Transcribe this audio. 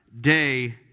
Day